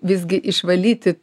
visgi išvalyti